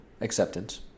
acceptance